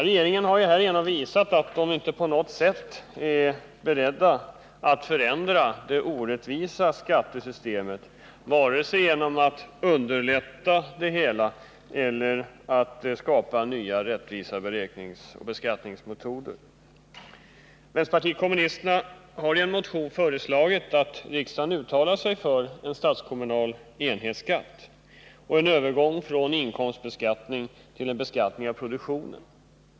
Regeringen har härigenom visat att den inte är beredd att förändra det orättvisa skattesystemet vare sig genom att förenkla systemet eller genom att skapa nya rättvisa beräkningsoch beskattningsmetoder. Vänsterpartiet kommunisterna har i en motion föreslagit att riksdagen uttalar sig för en statskommunal enhetsskatt och en övergång från inkomstbeskattning till beskattning av produktion.